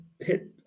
hit